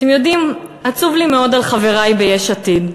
אתם יודעים, עצוב לי מאוד על חברי ביש עתיד.